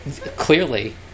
Clearly